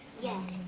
Yes